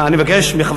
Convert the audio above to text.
אני מבקש לצלצל,